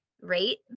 rate